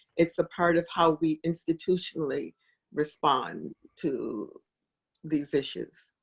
it's a part of how we institutionally respond to these issues.